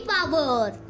Power